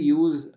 use